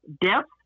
depth